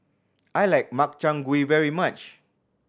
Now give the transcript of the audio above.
I like Makchang Gui very much